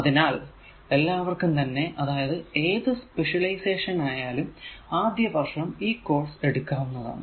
അതിനാൽ എല്ലാവര്ക്കും തന്നെ അതായതു ഏതു സ്പെഷ്യലൈസേഷൻ ആയാലും ആദ്യ വർഷം ഈ കോഴ്സ് എടുക്കാവുന്നതാണ്